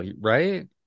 right